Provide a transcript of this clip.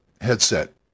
headset